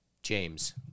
James